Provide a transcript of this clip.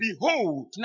behold